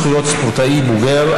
זכויות ספורטאי בוגר),